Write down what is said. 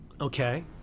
Okay